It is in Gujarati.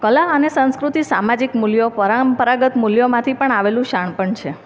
કલા અને સંસ્કૃતિ સામાજિક મૂલ્યો પરંપરાગત મૂલ્યોમાંથી પણ આવેલું શાનપણ છે